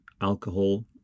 alcohol